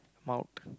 mouth